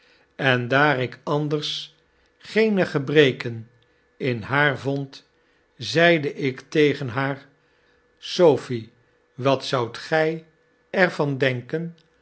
en daar ik anders geene gebreken in haar vond zeide ik tegen haar sopnie wat zoudt gij er van denken